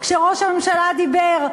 כשראש הממשלה דיבר,